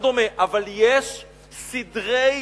אבל יש סדרי,